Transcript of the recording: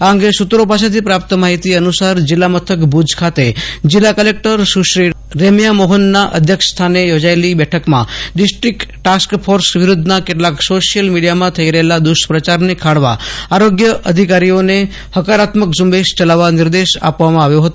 આ અંગે સુત્રો પાસેથી પ્રાપ્ત થતી માહિતી અનુસાર જીલ્લા મથક ભુજ ખાતે જીલ્લા કલેકટર સુશ્રી રેમ્યા મોફનના અધ્યક્ષ સ્થાને યોજાયેલી બેઠકમાં દીસ્ત્રીક્ત તસ્ક ફોર્સ વિડુધ્દના કેટલાક સોસીયલ મીડિથામાં થઇ રહેલા દુષ્પ્રચારને ખાળવા આરોગ્ય અધિકારીઓને હકારાત્મક ઝુંબેશ ચલાવવા નિર્દેશ આપવામાં આવ્યો હતો